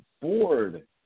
board